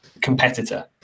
competitor